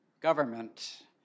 government